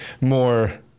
more